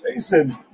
Jason